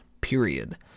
Period